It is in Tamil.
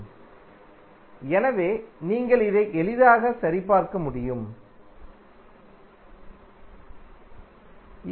இப்போது ஆம்பியர் என்பதை நீங்கள் ஏற்கனவே அறிந்திருப்பதால் இந்த சமன்பாட்டில் இன் மதிப்பை நீங்கள் வைக்கலாம் மேலும் நீங்கள் கரண்ட் A ஐப் பெறுவீர்கள்